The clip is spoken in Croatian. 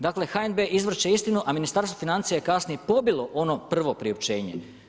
Dakle, HNB izvrće istinu, a Ministarstvo financija je kasnije pobilo ono prvo priopćenje.